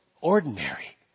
ordinary